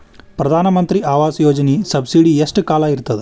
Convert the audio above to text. ಪ್ರಧಾನ ಮಂತ್ರಿ ಆವಾಸ್ ಯೋಜನಿ ಸಬ್ಸಿಡಿ ಎಷ್ಟ ಕಾಲ ಇರ್ತದ?